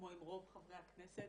כמו עם רוב חברי הכנסת,